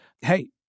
hey